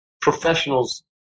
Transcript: professionals